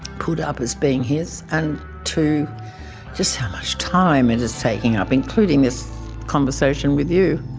put up as being his and to just how much time it is taking up, including this conversation with you.